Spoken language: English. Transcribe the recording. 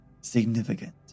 significant